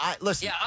listen